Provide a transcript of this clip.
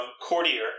courtier